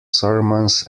sermons